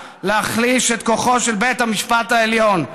להחליש את כוחו של בית המשפט העליון,